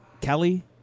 Kelly